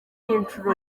inshuro